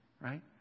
right